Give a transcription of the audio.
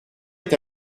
est